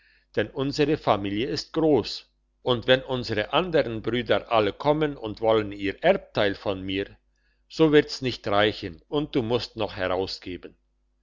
denn unsere familie ist gross und wenn unsere andern brüder alle auch kommen und wollen ihr erbteil von mir so wird's nicht reichen und du musst noch herausgeben